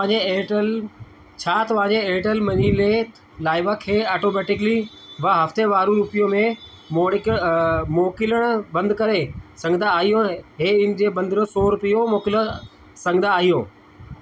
तव्हांजे एयरटेल छा तव्हांजे एयरटेल मनी ते लाइबा खे ऑटोमैटिकली ब॒ हफ़्तेवारु रुपियो में मोणिक मोकिलणु बंदि करे सघंदा आहियो हे इन जे बदिरां सौ रुपिया मोकिले सघंदा आहियो